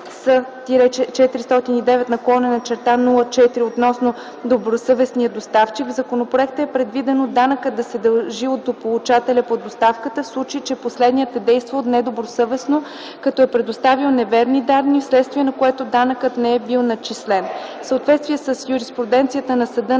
по Дело C-409/04 относно добросъвестния доставчик в законопроекта е предвидено данъкът да се дължи от получателя по доставката, в случай че последният е действал недобросъвестно, като е предоставил неверни данни, вследствие на което данъкът не е бил начислен. В съответствие с юриспруденцията на Съда